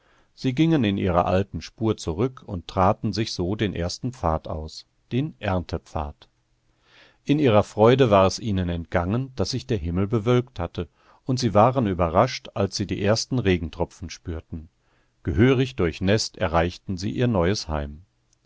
sie gingen in ihrer alten spur zurück und traten sich so den ersten pfad aus den erntepfad in ihrer freude war es ihnen entgangen daß sich der himmel bewölkt hatte und sie waren überrascht als sie die ersten regentropfen spürten gehörig durchnäßt erreichten sie ihr neues heim